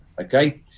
okay